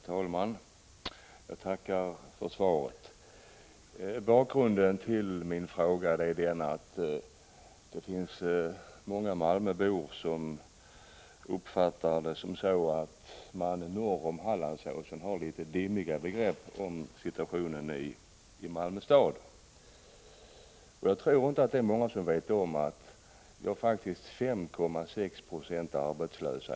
Herr talman! Jag tackar för svaret. Bakgrunden till min fråga är att många malmöbor uppfattar saken så, att man norr om Hallandsåsen har litet dimmiga begrepp om situationen i Malmö stad. Jag tror inte det är många som vet att 5,6 70 av invånarna i Malmö är arbetslösa.